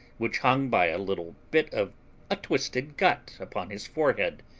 which hung by a little bit of a twisted gut upon his forehead,